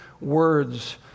words